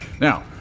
Now